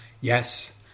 yes